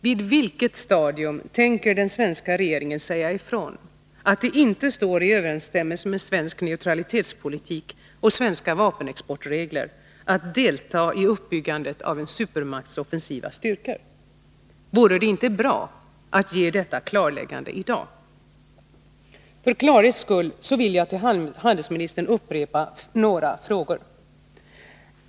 Vid vilket stadium tänker den svenska regeringen säga ifrån att det inte står i överensstämmelse med svensk neutralitetspolitik och svenska vapenexportregler att delta i uppbyggandet av en supermakts offensiva styrkor? Vore det inte bra att ge detta klarläggande i dag? För klarhets skull vill jag till handelsministern upprepa några frågor. 1.